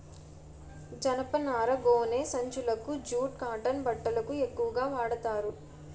జనపనార గోనె సంచులకు జూట్ కాటన్ బట్టలకు ఎక్కువుగా వాడతారు